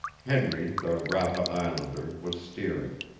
henry, the rapa islander, was steering.